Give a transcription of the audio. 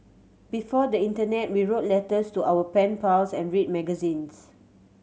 before the internet we wrote letters to our pen pals and read magazines